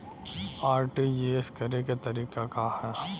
RTGS करे के तरीका का हैं?